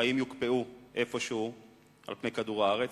שחיים יוקפאו איפשהו על פני כדור-הארץ,